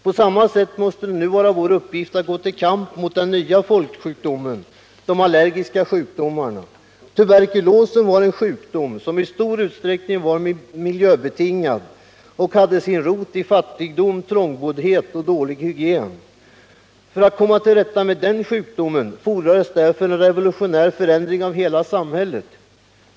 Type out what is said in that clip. På samma sätt måste det nu vara vår uppgift att gå till kamp mot denna nya folksjukdom: de allergiska sjukdomarna. Tuberkulosen var en sjukdom som i stor utsträckning var miljöbetingad och hade sin rot i fattigdom, trångboddhet och dålig hygien. För att komma till rätta med den sjukdomen fordrades därför en revolutionär förändring av hela samhället.